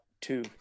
two